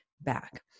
back